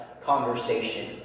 conversation